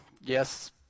yes